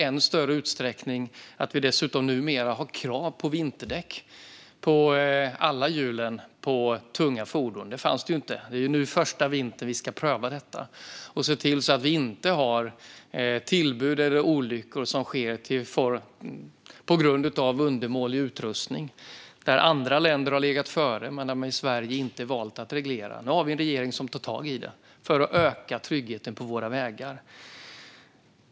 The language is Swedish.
Dessutom har vi numera krav på vinterdäck på alla hjul på tunga fordon. Det här är den första vintern då vi ska pröva detta. Vi måste se till att vi inte har tillbud eller olyckor som sker på grund av undermålig utrustning. Andra länder har tidigare legat före medan man i Sverige valt att inte reglera detta. Nu har vi en regering som tar tag i detta för att öka tryggheten på våra vägar.